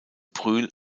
brühl